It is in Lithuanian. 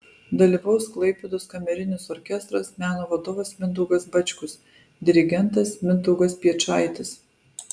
dalyvaus klaipėdos kamerinis orkestras meno vadovas mindaugas bačkus dirigentas mindaugas piečaitis